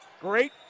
great